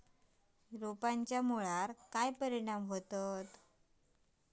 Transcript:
रोपांच्या मुळावर काय परिणाम होतत?